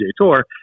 tour